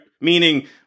meaning